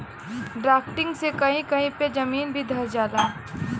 drafting से कही कही पे जमीन भी धंस जाला